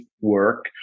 work